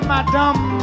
Madame